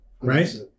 right